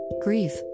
Grief